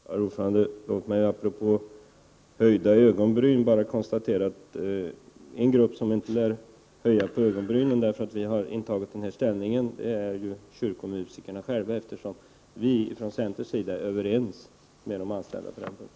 Herr talman! Apropå höjda ögonbryn kan jag bara konstatera att en grupp som inte lär höja på ögonbrynen därför att vi har intagit den här ståndpunkten är kyrkomusikerna själva, eftersom vi från centerns sida är överens med de anställda på den punkten.